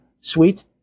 sweet